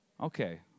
Okay